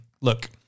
Look